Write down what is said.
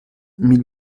mille